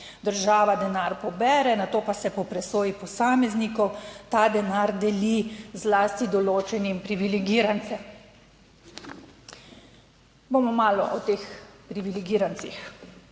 Država denar pobere, nato pa se po presoji posameznikov ta denar deli zlasti določenim privilegirancem." Bomo malo o teh privilegirancih.